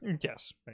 Yes